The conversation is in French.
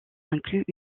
inclut